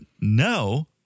no